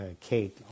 Kate